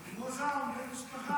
זה לא זר, זה בן משפחה.